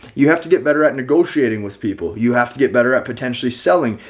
you have to get better at negotiating with people. you have to get better at potentially selling.